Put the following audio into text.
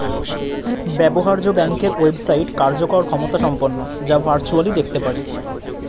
ব্যবহার্য ব্যাংকের ওয়েবসাইট কার্যকর ক্ষমতাসম্পন্ন যা ভার্চুয়ালি দেখতে পারি